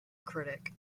critic